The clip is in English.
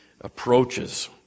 approaches